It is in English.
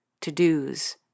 to-dos